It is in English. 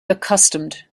accustomed